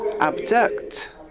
abduct